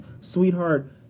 Sweetheart